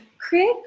create